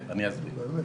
אני אסביר.